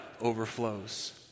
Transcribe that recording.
overflows